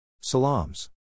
Salams